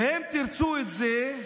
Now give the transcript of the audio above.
ואם תרצו את זה,